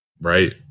right